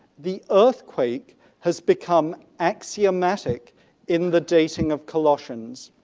the earthquake has become axiomatic in the dating of colossians.